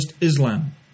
Islam